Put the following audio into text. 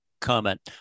comment